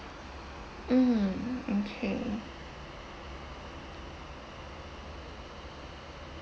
mm okay